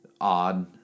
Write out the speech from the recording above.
odd